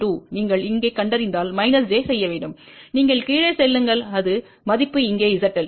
2 நீங்கள் இங்கே கண்டறிந்தால் j செய்ய வேண்டும் நீங்கள் கீழே செல்லுங்கள் அது மதிப்பு இங்கே zL